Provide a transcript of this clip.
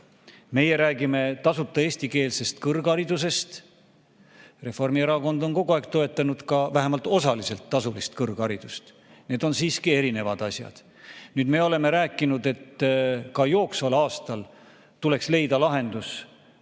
Meie räägime tasuta eestikeelsest kõrgharidusest, Reformierakond on kogu aeg toetanud ka vähemalt osaliselt tasulist kõrgharidust, need on siiski erinevad asjad. Me oleme rääkinud, et ka jooksval aastal tuleks leida lahendus